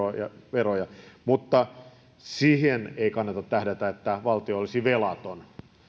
veroja mutta siihen ei kannata tähdätä että valtio olisi velaton